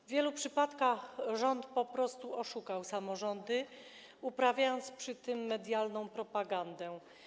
W wielu przypadkach rząd po prostu oszukał samorządy, uprawiając przy tym medialną propagandę.